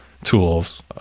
tools